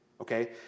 Okay